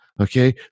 Okay